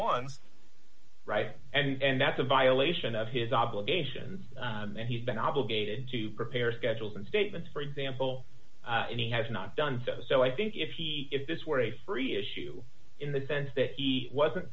one right and that's a violation of his obligations and he's been obligated to prepare schedules and statements for example and he has not done so so i think if he if this were a free issue in the sense that he wasn't